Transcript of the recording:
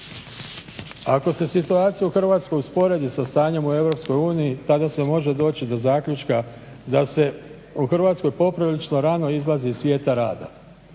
Ako se situacija u Hrvatskoj usporedi sa stanjem u Europskoj uniji tada se može doći do zaključka da se u Hrvatskoj poprilično rano izlazi iz svijeta rada.